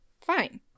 fine